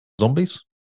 zombies